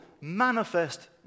manifest